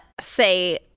say